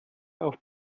auf